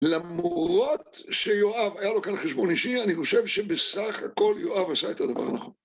למרות שיואב היה לו כאן חשבון אישי, אני חושב שבסך הכל יואב עשה את הדבר הנכון.